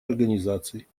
организаций